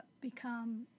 become